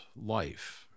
life